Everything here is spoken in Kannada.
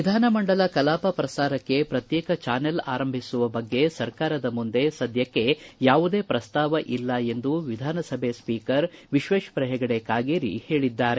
ವಿಧಾನಮಂಡಲ ಕಲಾಪ ಪ್ರಸಾರಕ್ಷೆ ಪ್ರತ್ಯೇಕ ಚಾನೆಲ್ ಆರಂಭಿಸುವ ಬಗ್ಗೆ ಸರ್ಕಾರದ ಮುಂದೆ ಸದ್ದಕ್ಷೆ ಯಾವುದೇ ಪ್ರಸಾಪ ಇಲ್ಲ ಎಂದು ವಿಧಾನಸಭೆ ಸ್ವೀಕರ್ ವಿಶ್ವೇಶ್ವರ ಹೆಗಡೆ ಕಾಗೇರಿ ಹೇಳಿದ್ದಾರೆ